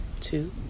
two